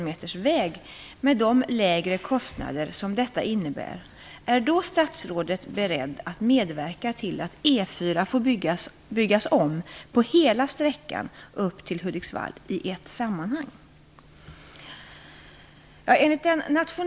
metersväg med de lägre kostnader som detta innebär, är då statsrådet beredd att medverka till att E 4 får byggas om på hela sträckan upp till Hudiksvall i ett sammanhang?